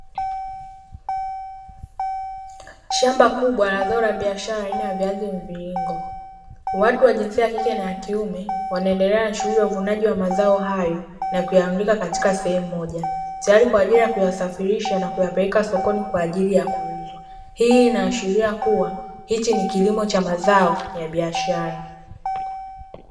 Shamba kubwa la zao la biashara aina ya viazi mviringo watu wa jinsia ya kike na kiume wanaendelea na shughuli ya uvunaji wa mazao hayo, na kuyalundika katika sehemu moja. Tayari kwa ajili ya kuyasafirisha na kuyapeleka sokoni kwa ajili ya kuuzwa, hii inaashiria kuwa hichi ni kilimo cha zao ya biashara.